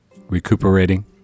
recuperating